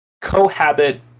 cohabit